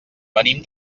venim